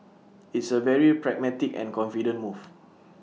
it's A very pragmatic and confident move